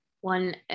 one